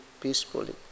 peacefully